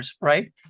right